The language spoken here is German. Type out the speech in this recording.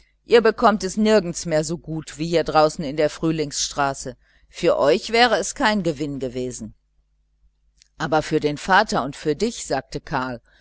ihr bekommt es nirgends mehr so gut wie hier außen in der frühlingsstraße für euch wäre es kein gewinn gewesen aber für den vater und für dich sagte karl